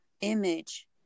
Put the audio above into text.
image